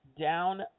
down